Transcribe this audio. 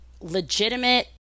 legitimate